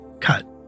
cut